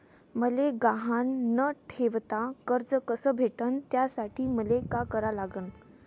मले गहान न ठेवता कर्ज कस भेटन त्यासाठी मले का करा लागन?